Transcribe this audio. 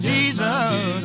Jesus